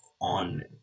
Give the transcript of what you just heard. on